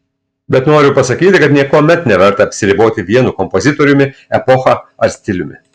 bet noriu pasakyti kad niekuomet neverta apsiriboti vienu kompozitoriumi epocha ar stiliumi